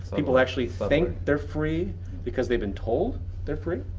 people actually think they're free because they've been told they're free.